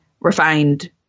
refined